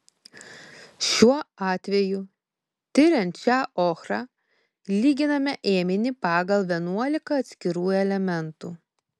šiuo atveju tiriant šią ochrą lyginame ėminį pagal vienuolika atskirų elementų